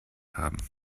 haben